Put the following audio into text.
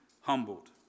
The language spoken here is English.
humbled